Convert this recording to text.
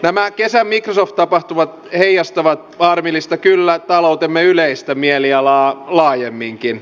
nämä kesän microsoft tapahtumat heijastavat harmillista kyllä taloutemme yleistä mielialaa laajemminkin